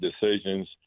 decisions